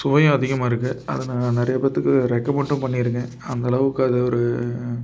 சுவையும் அதிகமாக இருக்குது அது நான் நிறைய பேர்த்துக்கு ரெக்கமெண்ட்டும் பண்ணிருக்கேன் அந்த அளவுக்கு அது ஒரு